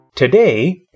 Today